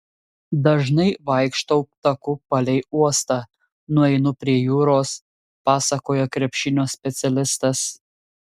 dažnai vaikštau taku palei uostą nueinu prie jūros pasakoja krepšinio specialistas